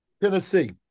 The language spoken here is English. Tennessee